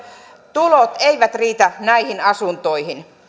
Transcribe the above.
tulot eivät riitä näihin asuntoihin